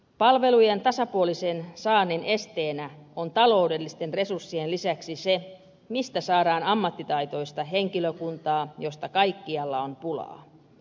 palvelujen tasapuolisen saannin esteenä on taloudellisten resurssien lisäksi se mistä saadaan ammattitaitoista henkilökuntaa josta kaikkialla on pulaa